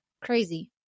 crazy